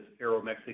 Aeromexico